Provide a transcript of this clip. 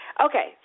Okay